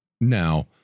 Now